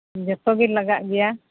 ᱡᱚᱛᱚ ᱜᱮ ᱞᱟᱜᱟᱜ ᱜᱮᱭᱟ